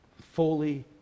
fully